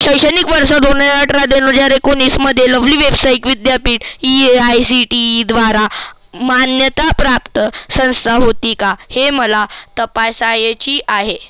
शैक्षणिक वर्ष दोन हजार अठरा दोन हजार एकोणीसमध्ये लवली व्यवसायिक विद्यापीठ ही ए आय सी टी ईद्वारा मान्यताप्राप्त संस्था होती का हे मला तपासायची आहे